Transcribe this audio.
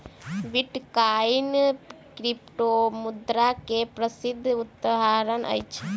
bitcoin क्रिप्टोमुद्रा के प्रसिद्ध उदहारण अछि